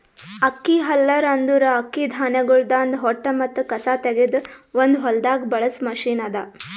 ಅಕ್ಕಿ ಹಲ್ಲರ್ ಅಂದುರ್ ಅಕ್ಕಿ ಧಾನ್ಯಗೊಳ್ದಾಂದ್ ಹೊಟ್ಟ ಮತ್ತ ಕಸಾ ತೆಗೆದ್ ಒಂದು ಹೊಲ್ದಾಗ್ ಬಳಸ ಮಷೀನ್ ಅದಾ